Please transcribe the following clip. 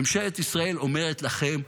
ממשלת ישראל אומרת לכם: